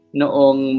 noong